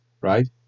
Right